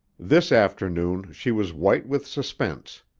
this afternoon she was white with suspense.